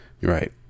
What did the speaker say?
right